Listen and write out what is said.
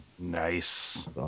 Nice